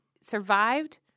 survived